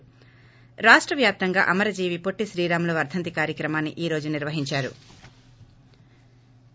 ి రాష్ట వ్యాప్తంగా అమరజీవి పొట్టి శ్రీరాములు వర్దంతి కార్యక్రమాన్సి ఈ రోజు నిర్వహించారు